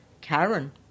Karen